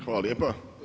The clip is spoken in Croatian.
Hvala lijepa.